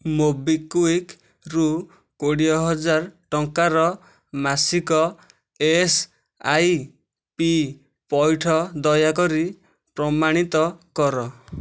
ମୋବିକ୍ଵିକ୍ରୁ କୋଡ଼ିଏ ହଜାର ଟଙ୍କାର ମାସିକ ଏସଆଇପି ପଇଠ ଦୟାକରି ପ୍ରମାଣିତ କର